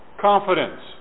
confidence